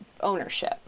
ownership